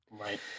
Right